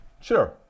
Sure